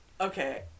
Okay